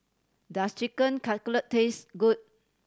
does Chicken Cutlet taste good